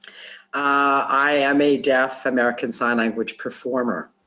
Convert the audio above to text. i am a deaf american sign language performer.